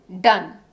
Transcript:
done